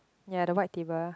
ya the white table